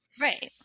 Right